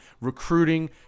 recruiting